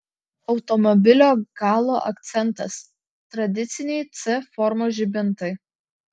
automobilio galo akcentas tradiciniai c formos žibintai